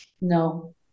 No